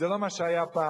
זה לא מה שהיה פעם.